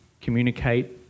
communicate